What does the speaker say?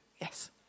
Yes